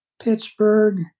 Pittsburgh